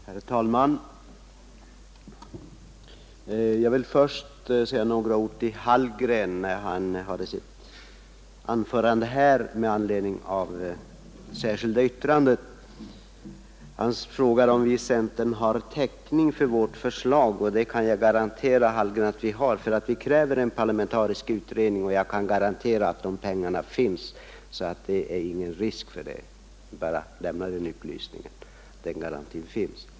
Herr talman! Jag vill först säga några ord till herr Hallgren som höll sitt anförande med anledning av det särskilda yttrande som han fogat till betänkandet. Han frågar om vi i centern har täckning för vårt förslag, och det kan jag garantera herr Hallgren att vi har. Vi kräver en parlamentarisk utredning, och jag kan garantera att de pengarna finns, så därvidlag är det ingen risk. Jag vill bara lämna upplysningen att den garantin finns.